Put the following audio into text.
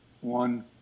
one